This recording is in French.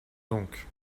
donc